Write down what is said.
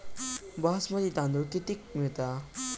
बासमती तांदूळ कितीक मिळता?